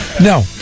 no